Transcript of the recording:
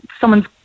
someone's